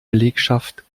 belegschaft